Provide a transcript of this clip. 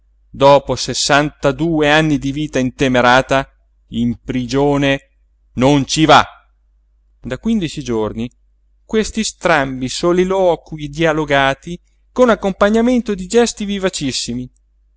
dopo sessantadue anni di vita intemerata in prigione non ci va da quindici giorni questi strambi soliloquii dialogati con accompagnamento di gesti vivacissimi